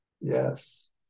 Yes